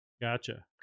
Gotcha